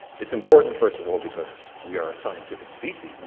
it's important, first of all, because we are a scientific species. and